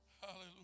hallelujah